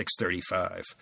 635